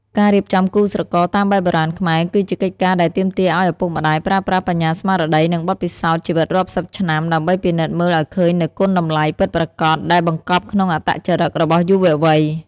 ការរៀបចំគូស្រករតាមបែបបុរាណខ្មែរ គឺជាកិច្ចការដែលទាមទារឱ្យឪពុកម្ដាយប្រើប្រាស់បញ្ញាស្មារតី និងបទពិសោធន៍ជីវិតរាប់សិបឆ្នាំ ដើម្បីពិនិត្យមើលឱ្យឃើញនូវគុណតម្លៃពិតប្រាកដដែលបង្កប់ក្នុងអត្តចរិតរបស់យុវវ័យ។